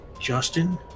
Justin